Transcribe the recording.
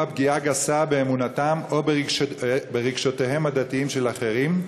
פגיעה גסה באמונתם או ברגשותיהם הדתיים של אחרים,